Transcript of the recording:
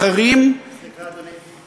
אחרים, סליחה, אדוני.